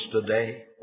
today